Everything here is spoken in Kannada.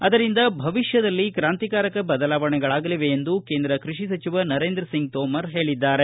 ಅದರಿಂದ ಭವಿಷ್ಣದಲ್ಲಿ ಕ್ರಾಂತಿಕಾರಕ ಬದಲಾವಣೆಗಳಾಗಲಿವೆ ಎಂದು ಕೇಂದ್ರ ಕೈಷಿ ಸಚಿವ ನರೇಂದ್ರ ಸಿಂಗ್ ತೋಮರ್ ಹೇಳಿದ್ದಾರೆ